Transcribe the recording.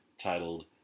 titled